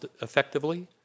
effectively